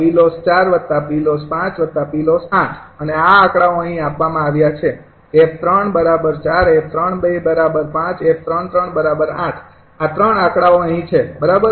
તેથી અને આ આંક્ડાઓ અહીં આપવામાં આવ્યા છે 𝑓૩૧૪ 𝑓૩૨૫ 𝑓૩૩૮ આ 3 આંકડાઓ અહીં છે બરાબર